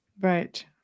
Right